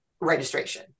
registration